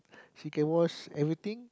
she can wash everything